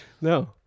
No